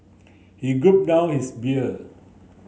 he down his beer